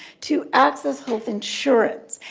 to access health insurance.